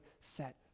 set